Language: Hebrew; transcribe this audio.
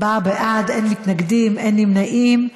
ארבעה בעד, אין מתנגדים, אין נמנעים.